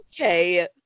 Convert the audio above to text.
okay